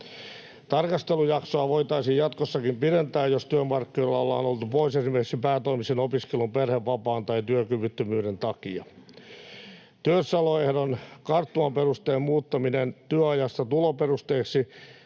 Tarkastelujaksoa voitaisiin jatkossakin pidentää, jos työmarkkinoilta ollaan oltu pois esimerkiksi päätoimisen opiskelun, perhevapaan tai työkyvyttömyyden takia. Työssäoloehdon karttumaperusteen muuttamisen työajasta tuloperusteiseksi